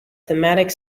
thematic